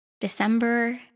December